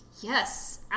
Yes